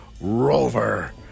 Rover